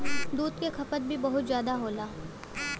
दूध क खपत भी बहुत जादा होला